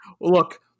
look